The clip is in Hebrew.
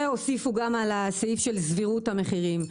והוסיפו גם סעיף של סבירות המחירים.